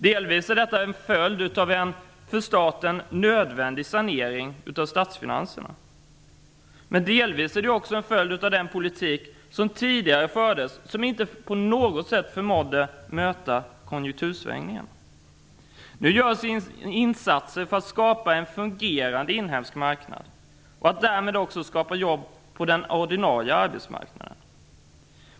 Dels är detta en följd av en för staten nödvändig sanering av statsfinanserna, delvis är det en följd av den politik som tidigare fördes och som inte på något sätt förmådde möta konjunktursvängningen. Nu görs insater för att skapa en fungerande inhemsk marknad och därmed också skapa jobb på den ordinarie arbetsmarknaden.